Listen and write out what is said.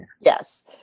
Yes